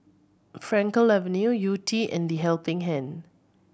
Frankel Avenue Yew Tee and The Helping Hand